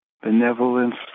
benevolence